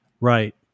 Right